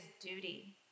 duty